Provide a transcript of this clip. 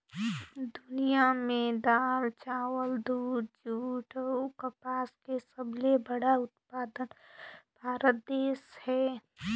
दुनिया में दाल, चावल, दूध, जूट अऊ कपास के सबले बड़ा उत्पादक भारत देश हे